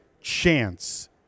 chance